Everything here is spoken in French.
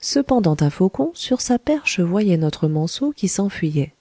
cependant un faucon sur sa perche voyait notre manseau qui s'enfuyait